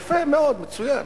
יפה מאוד, מצוין.